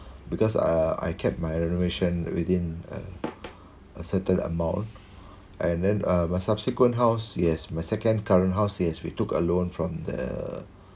because uh I kept my renovation within a certain amount and then uh but subsequent house yes my second current house yes we took a loan from the